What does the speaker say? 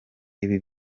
ibi